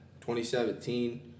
2017